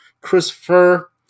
Christopher